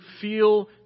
feel